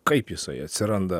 kaip jisai atsiranda